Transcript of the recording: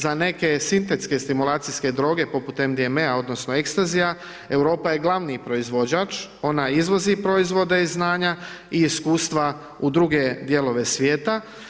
Za neke sintetske stimulacijske droge poput MDMA odnosno ekstazija, Europa je glavni proizvođač, ona izvozi proizvode i znanja i iskustva u druge dijelove svijeta.